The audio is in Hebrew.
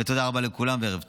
תודה רבה לכולם וערב טוב.